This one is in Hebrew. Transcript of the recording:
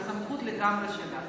והסמכות לכך היא שלך.